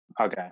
Okay